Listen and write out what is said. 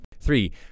Three